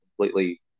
completely